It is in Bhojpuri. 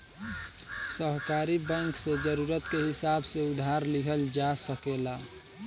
सहकारी बैंक से जरूरत के हिसाब से उधार लिहल जा सकेला